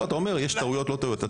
אתה אומר יש טעויות או אין טעויות,